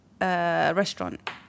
restaurant